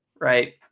Right